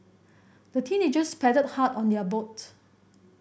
the teenagers paddled hard on their boat